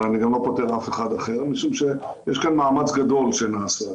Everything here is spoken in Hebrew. אבל אני גם לא פוטר אף אחד אחר משום שיש כאן מאמץ גדול שנעשה.